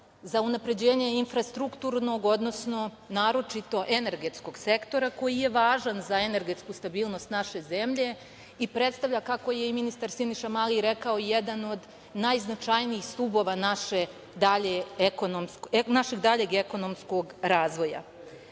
za unapređenje infrastrukturnog, odnosno naročito energetskog sektora koji je važan za energetsku stabilnost naše zemlje i predstavlja, kako je i ministar Siniša Mali rekao, jedan od najznačajnijih stubova našeg daljeg ekonomskog razvoja.Za